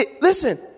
listen